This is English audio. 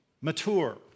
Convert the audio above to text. mature